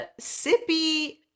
sippy